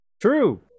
True